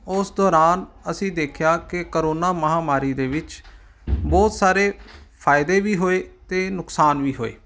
ਉਸ ਦੌਰਾਨ ਅਸੀਂ ਦੇਖਿਆ ਕਿ ਕਰੋਨਾ ਮਹਾਂਮਾਰੀ ਦੇ ਵਿੱਚ ਬਹੁਤ ਸਾਰੇ ਫ਼ਾਇਦੇ ਵੀ ਹੋਏ ਅਤੇ ਨੁਕਸਾਨ ਵੀ ਹੋਏ